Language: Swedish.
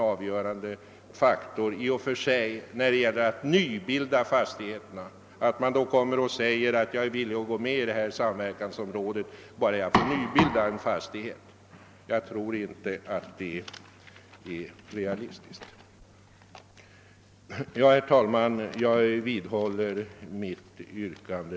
Det får inte i och för sig vara en avgörande faktor, när det gäller att nybilda fastigheter att man förklarar sig villig att gå med i ett samverkansområde. Att tillåta nybildning av fastighet på det villkoret tror jag inte är vare sig önskvärt eller realistiskt. Herr talman! Jag vidhåller mitt yrkande.